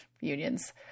unions